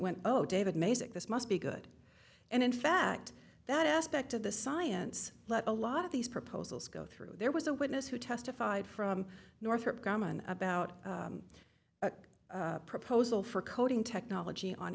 went oh david mazing this must be good and in fact that aspect of the science let a lot of these proposals go through there was a witness who testified from northrop grumman about a proposal for coating technology on